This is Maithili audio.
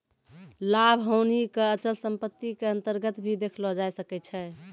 लाभ हानि क अचल सम्पत्ति क अन्तर्गत भी देखलो जाय सकै छै